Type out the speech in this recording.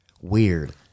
weird